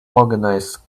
organized